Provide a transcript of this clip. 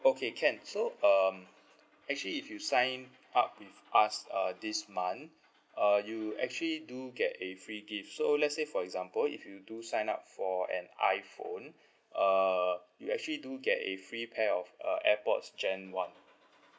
okay can so um actually if you sign up with us uh this month uh you actually do get a free gift so let's say for example if you do sign up for an iphone uh you actually do get a free pair of uh airpods gen one